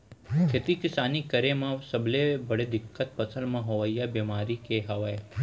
खेती किसानी करे म सबले बड़े दिक्कत फसल म होवइया बेमारी के हवय